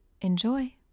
enjoy